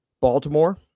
Baltimore